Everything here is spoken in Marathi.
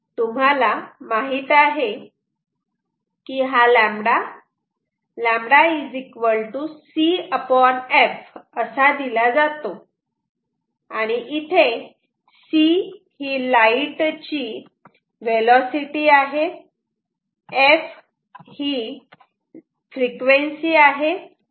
तुम्हाला माहित आहे की हा लेम्बडा असा दिला जातो आणि इथे c ही लाईट ची वेलोसिटी आहे आणि f ही फ्रिक्वेन्सी आहे